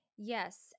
Yes